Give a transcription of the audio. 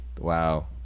Wow